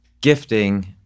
gifting